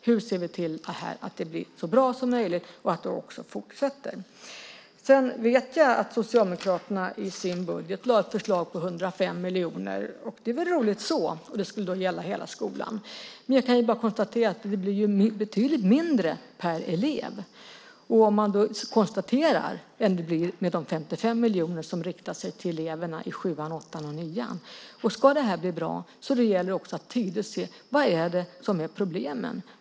Hur ser vi till att det här blir så bra som möjligt och att det också fortsätter? Sedan vet jag att Socialdemokraterna i sin budget lade fram ett förslag på 105 miljoner - det är väl roligt så - och det skulle då gälla hela skolan. Men jag kan bara konstatera att det skulle bli betydligt mindre per elev än det blir med de 55 miljoner som riktar sig till eleverna i sjuan, åttan och nian. Ska det här bli bra gäller det att ta reda på: Vad är det som är problemen?